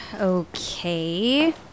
Okay